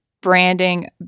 branding